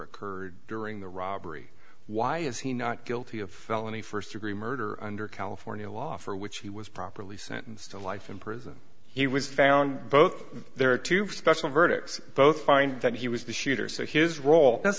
occurred during the robbery why is he not guilty of felony first degree murder under california law for which he was properly sentenced to life in prison he was found both there are two special verdicts both find that he was the shooter so his role